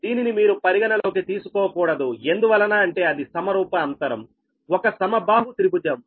దీనిని మీరు పరిగణనలోకి తీసుకోకూడదు ఎందువలన అంటే అది సమరూప అంతరం ఒక సమబాహు త్రిభుజం